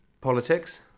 Politics